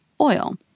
oil